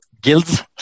Guilds